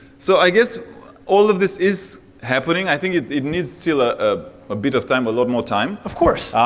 so, i guess all of this is happening, i think it needs still ah ah a bit of time, a lot more time. of course.